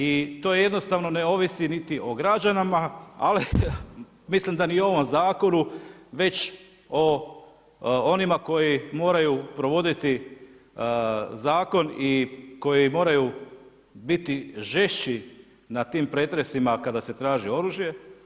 I to jednostavno ne ovisi niti o građanima, ali mislim da ni ovom zakonu već o onima koji moraju provoditi zakon i koji moraju biti žešći na tim pretresima kada se traži oružje.